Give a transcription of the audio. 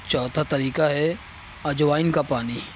چوتھا طریقہ ہے اجوائن کا پانی